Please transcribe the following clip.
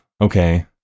okay